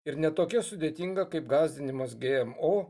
ir ne tokia sudėtinga kaip gąsdinimas gmo